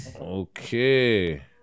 Okay